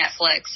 Netflix